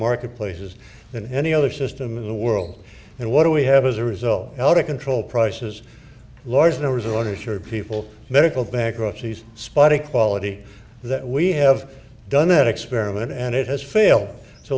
marketplaces than any other system in the world and what do we have as a result out of control prices large numbers of uninsured people medical bankruptcies spot equality that we have done that experiment and it has failed so